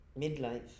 midlife